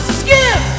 skip